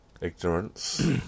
Ignorance